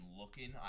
looking